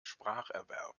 spracherwerb